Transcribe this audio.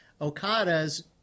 Okada's